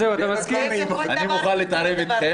אני מוכן להתערב איתכם